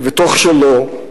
כבתוך שלו,